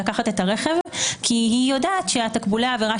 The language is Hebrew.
לקחת את הרכב כי היא יודעת שתקבולי העבירה